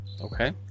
Okay